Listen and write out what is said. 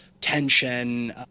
tension